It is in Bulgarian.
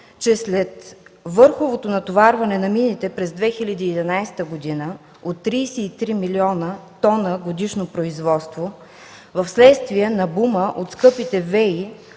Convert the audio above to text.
че след върховото натоварване на мините през 2011 г. от 33 млн. тона годишно производство, вследствие на бума от скъпите ВЕИ,